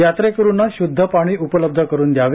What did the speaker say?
यात्रेकरूंना शुद्ध पाणी उपलब्ध करून द्यावे